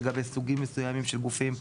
לגבי סוגים מסוימים של גופים,